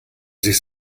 sich